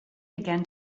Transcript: began